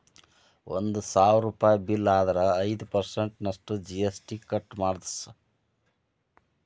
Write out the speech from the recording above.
ಒಂದ್ ಸಾವ್ರುಪಯಿ ಬಿಲ್ಲ್ ಆದ್ರ ಐದ್ ಪರ್ಸನ್ಟ್ ನಷ್ಟು ಜಿ.ಎಸ್.ಟಿ ಕಟ್ ಮಾದ್ರ್ಸ್